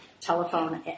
telephone